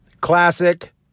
Classic